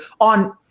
on